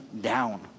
down